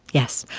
yes.